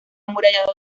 amurallado